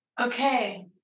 Okay